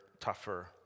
tougher